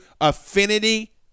affinity